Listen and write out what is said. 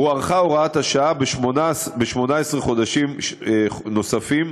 הוארכה הוראת השעה ב-18 חודשים נוספים,